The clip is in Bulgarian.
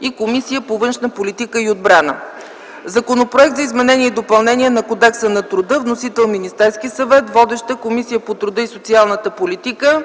и Комисията по външна политика и отбрана. Постъпил е Законопроект за изменение и допълнение на Кодекса на труда. Вносител е Министерският съвет. Водеща е Комисията по труда и социалната политика.